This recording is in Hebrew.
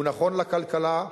הוא נכון לכלכלה,